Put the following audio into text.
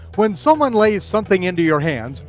when someone lays something into your hands,